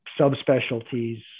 subspecialties